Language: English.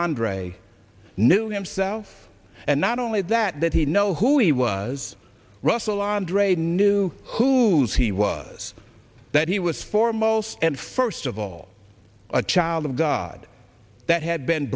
andre knew himself and not only that did he know who he was russell andre knew whose he was that he was foremost and first of all a child of god that had been